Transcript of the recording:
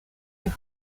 los